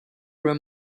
room